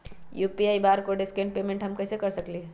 UPI barcode scan payment हम कईसे कर सकली ह?